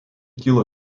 kilo